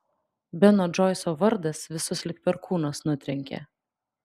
beno džoiso vardas visus lyg perkūnas nutrenkė